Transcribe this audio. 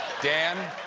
dan,